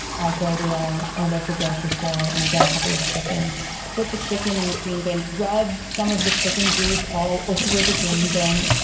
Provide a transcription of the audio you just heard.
i go to our our local grocery store and i get a couple of chickens, put the chicken in the green bin, rubbed some of the chicken grease all over the green bin.